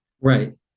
right